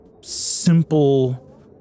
simple